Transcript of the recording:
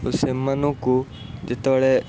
ଓ ସେମାନଙ୍କୁ ଯେତେବେଳେ